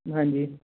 ਹਾਂਜੀ